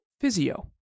physio